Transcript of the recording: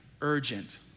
urgent